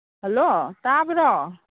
hello ꯇꯥꯕꯔꯣ